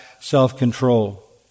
self-control